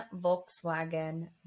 Volkswagen